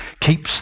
Keeps